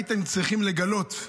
הייתם צריכים לגלות,